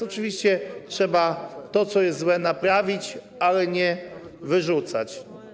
Oczywiście trzeba to, co jest złe, naprawić, ale nie wyrzucać.